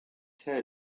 head